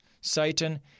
Satan